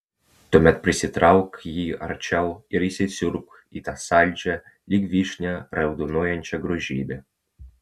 tuomet prisitrauk jį arčiau ir įsisiurbk į tą saldžią lyg vyšnia raudonuojančią grožybę